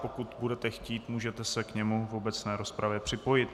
Pokud budete chtít, můžete s k němu v obecné rozpravě připojit.